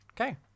Okay